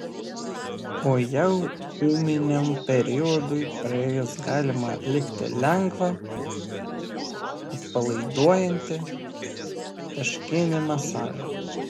o jau ūminiam periodui praėjus galima atlikti lengvą atpalaiduojantį taškinį masažą